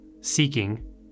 seeking